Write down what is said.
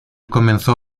comenzó